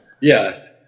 Yes